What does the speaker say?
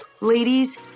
Ladies